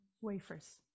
wafers